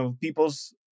people's